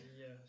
Yes